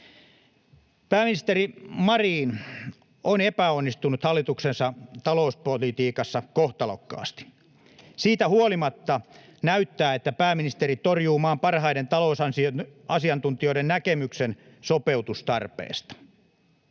Pääministeri Marin on epäonnistunut hallituksensa talouspolitiikassa kohtalokkaasti. Siitä huolimatta näyttää siltä, että pääministeri torjuu maan parhaiden talousasiantuntijoiden näkemyksen sopeutustarpeesta.